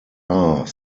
are